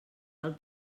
del